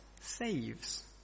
saves